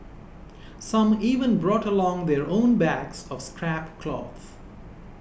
some even brought along their own bags of scrap cloth